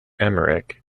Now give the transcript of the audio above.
emeric